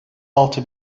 altı